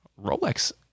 Rolex